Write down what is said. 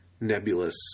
nebulous